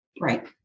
Right